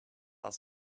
are